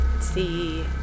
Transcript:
see